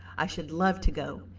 i should love to go,